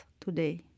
today